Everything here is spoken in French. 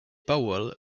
powell